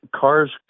cars